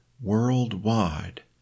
worldwide